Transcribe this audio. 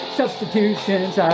substitutions